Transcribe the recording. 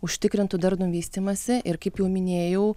užtikrintų darnų vystymąsi kaip jau minėjau